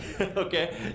Okay